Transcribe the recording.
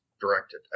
directed